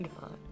God